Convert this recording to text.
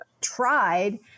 tried